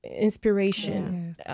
Inspiration